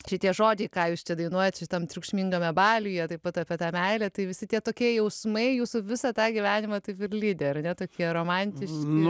šitie žodžiai ką jūs čia dainuojat šitam triukšmingame baliuje taip pat apie tą meilę tai visi tie tokie jausmai jūsų visą tą gyvenimą taip ir lydi ar ne tokie romantiški